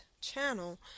channel